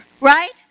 right